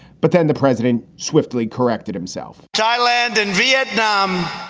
but then the president swiftly corrected himself, thailand and vietnam.